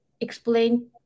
explain